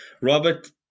Robert